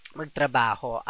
magtrabaho